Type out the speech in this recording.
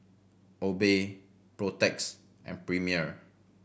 Obey Protex and Premier